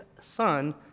son